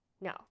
No